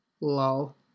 Lol